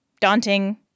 daunting